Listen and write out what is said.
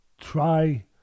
try